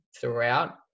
throughout